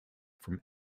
from